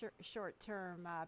short-term